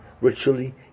ritually